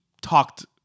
talked